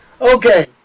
Okay